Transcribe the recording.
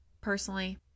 personally